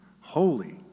Holy